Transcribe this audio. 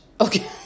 okay